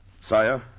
Sire